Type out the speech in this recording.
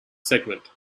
segment